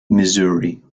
missouri